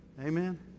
Amen